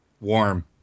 Warm